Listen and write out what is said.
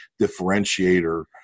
differentiator